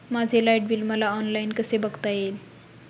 माझे light bill मला online कसे बघता येईल?